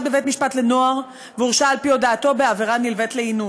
בבית-משפט לנוער והורשע על-פי הודאתו בעבירה נלווית לאינוס.